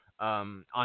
On